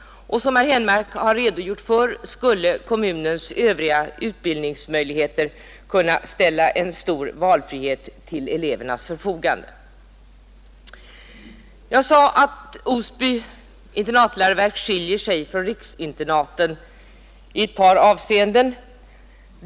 Som herr Henmark har redogjort för skulle kommunens övriga utbildningsmöjligheter också kunna medge stor valfrihet för eleverna. Osby internatläroverk skiljer sig ju från riksinternaten i ett par avseenden.